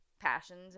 passions